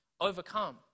overcome